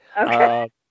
Okay